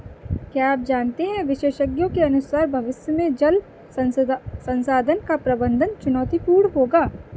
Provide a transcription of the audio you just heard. क्या आप जानते है विशेषज्ञों के अनुसार भविष्य में जल संसाधन का प्रबंधन चुनौतीपूर्ण होगा